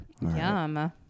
Yum